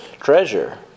treasure